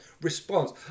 response